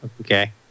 Okay